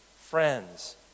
friends